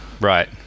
Right